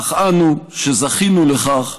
אך אנו, שזכינו לכך,